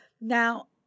Now